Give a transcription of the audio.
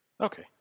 Okay